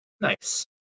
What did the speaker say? nice